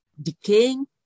Decaying